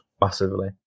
massively